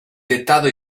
dettato